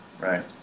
right